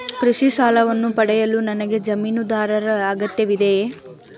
ಕೃಷಿ ಸಾಲವನ್ನು ಪಡೆಯಲು ನನಗೆ ಜಮೀನುದಾರರ ಅಗತ್ಯವಿದೆಯೇ?